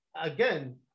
again